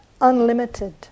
unlimited